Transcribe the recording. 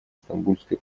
стамбульской